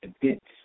events